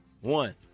One